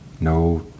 no